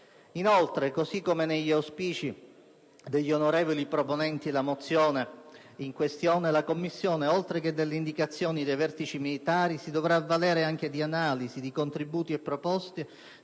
Inoltre, così come è negli auspici degli onorevoli proponenti la mozione n. 108 (testo 2), la commissione, oltre che delle indicazioni dei vertici militari si dovrà avvalere anche di analisi, di contributi e proposte